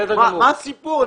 מה הסיפור?